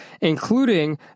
including